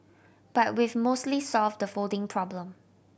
but we've mostly solved the folding problem